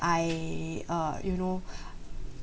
I uh you know